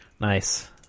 Nice